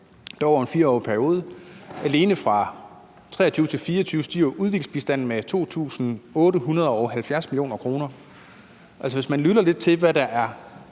dog over en 4-årig periode. Alene fra 2023 til 2024 stiger udviklingsbistanden med 2.870 mio. kr. Hvis man lytter til, hvad der er